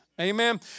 Amen